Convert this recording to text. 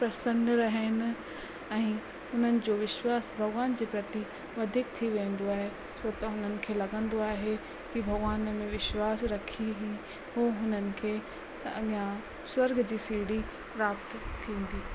प्रसन्न रहनि ऐं उन्हनि जो विश्वास भॻिवान जे प्रति वधीक थी वेंदो आहे छो त हुनन खे लॻंदो आहे की भॻिवाननि में विश्वास रखी ही उहे उन्हनि खे अञा स्वर्ॻ जी सीढ़ी प्राप्त थींदी